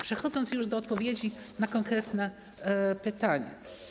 Przechodzę już do odpowiedzi na konkretne pytania.